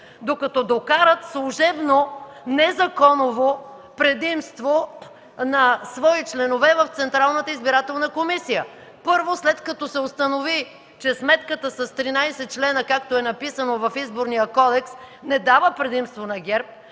докато докарат служебно, не законово, предимство на своите членове в ЦИК. Първо, след като се установи, че сметката с 13 члена, както е записано в Изборния кодекс, не дава предимство на ГЕРБ,